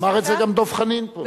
אמר את זה גם דב חנין פה.